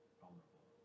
vulnerable